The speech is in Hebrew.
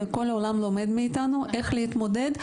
וכל העולם לומד מאיתנו איך להתמודד,